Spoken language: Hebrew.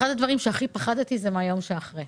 אחד הדברים שהכי פחדתי מהם הוא היום שאחרי.